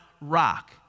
rock